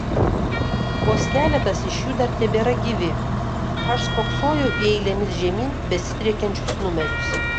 vos keletas iš jų dar tebėra gyvi aš spoksojau į eilėmis žemyn besidriekiančius numerius